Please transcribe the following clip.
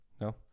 No